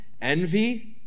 envy